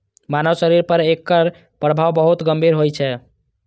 मानव शरीर पर एकर प्रभाव बहुत गंभीर होइ छै